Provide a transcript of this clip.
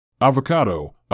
Avocado